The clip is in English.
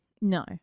No